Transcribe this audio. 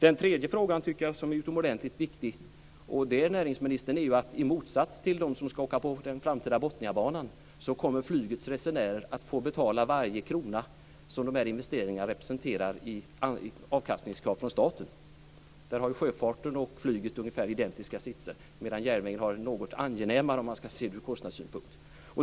Den tredje frågan som är utomordentligt viktig, näringsministern, är att i motsats till dem som ska åka på den framtida Botniabanan kommer flygets resenärer att få betala varje krona som dessa investeringar representerar i avkastningskrav från staten. Där har sjöfarten och flyget ungefär identiska sitsar, medan järnvägen har en något angenämare sits, om man ska se det ur kostnadssynpunkt.